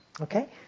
Okay